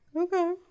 Okay